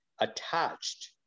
attached